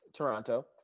Toronto